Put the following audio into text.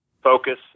focus